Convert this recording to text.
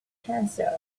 cancer